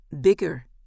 bigger